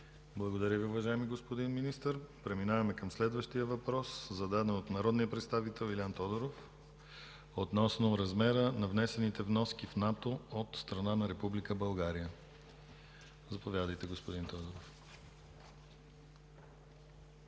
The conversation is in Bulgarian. Благодаря Ви, уважаеми господин Министър. Преминаваме към следващия въпрос, зададен от народния представител Илиан Тодоров, относно размера на внесените вноски в НАТО от страна на Република България. Заповядайте, господин Тодоров.